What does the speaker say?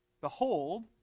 Behold